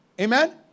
Amen